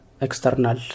external